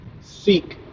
seek